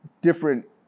different